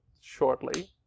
shortly